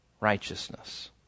righteousness